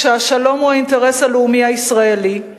שהשלום הוא האינטרס הלאומי הישראלי,